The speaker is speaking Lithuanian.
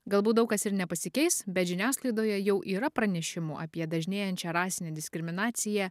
galbūt daug kas ir nepasikeis bet žiniasklaidoje jau yra pranešimų apie dažnėjančią rasinę diskriminaciją